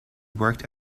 worked